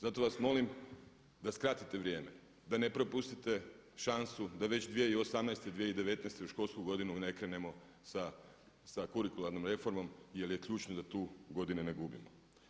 Zato vas molim da skratite vrijeme, da ne propustite šansu da već 2018., 2019. u školsku godinu ne krenemo sa kurikularnom reformom jer je ključno da tu godine ne gubimo.